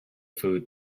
food